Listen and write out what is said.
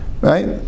Right